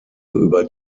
über